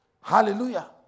Hallelujah